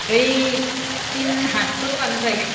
ओइ तिन हातफोरब्लानो जायो